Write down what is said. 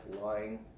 lying